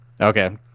Okay